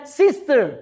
sister